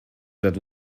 that